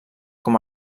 com